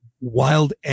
Wild &